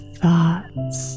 thoughts